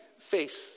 face